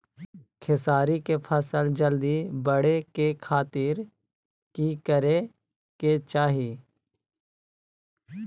खेसारी के फसल जल्दी बड़े के खातिर की करे के चाही?